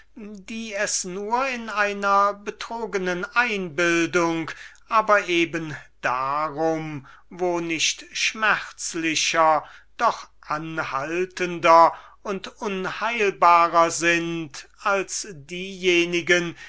die es nur in einer betrognen einbildung aber eben darum wo nicht schmerzlicher doch anhaltender und unheilbarer sind als diejenigen